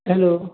hello